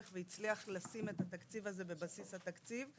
והצליח לשים את התקציב הזה בבסיס התקציב,